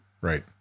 right